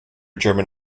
german